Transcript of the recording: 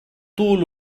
طول